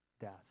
death